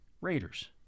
Raiders